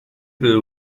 per